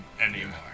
anymore